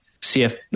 CF